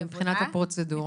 ומבחינת הפרוצדורה?